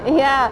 ya